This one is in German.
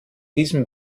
diesem